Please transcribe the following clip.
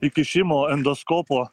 įkišimo endoskopo